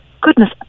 goodness